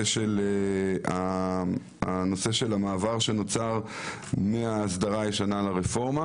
נושא המעבר שנוצר מההסדרה הישנה לרפורמה.